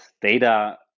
Data